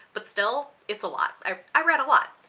but still it's a lot. i i read a lot.